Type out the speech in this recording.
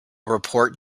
report